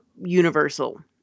universal